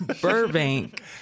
Burbank